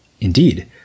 Indeed